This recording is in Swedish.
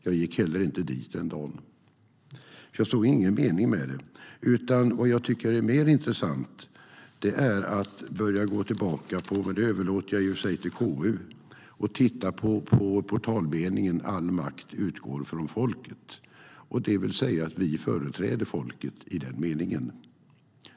Jag gick heller inte dit den dagen, för jag såg ingen mening med det. Vad jag tycker är mer intressant är att gå tillbaka - det överlåter jag i och för sig till KU - och titta på portalmeningen "All makt utgår från folket." Det vill säga, vi företräder folket i den meningen.